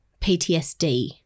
PTSD